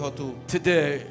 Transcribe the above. today